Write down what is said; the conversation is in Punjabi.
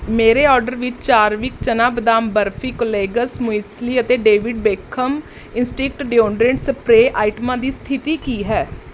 ਮੇਰੇ ਔਡਰ ਵਿੱਚ ਚਾਰਵਿਕ ਚਨਾ ਬਦਾਮ ਬਰਫੀ ਕੋਲੇਗਸ ਮੁਇਸਲੀ ਅਤੇ David Beckham instinct deodorant spray ਆਈਟਮਾਂ ਦੀ ਸਥਿਤੀ ਕੀ ਹੈ